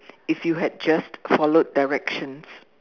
if you had just followed directions